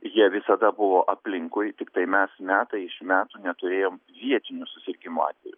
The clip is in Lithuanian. jie visada buvo aplinkui tiktai mes metai iš metų neturėjom vietinių susirgimo atvejų